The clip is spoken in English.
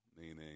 Meaning